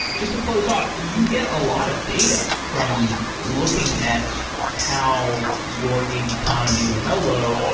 just to close off, you get a lot of data from looking at how your gig economy, wonolo,